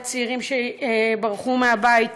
לצעירים שברחו מהבית.